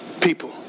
people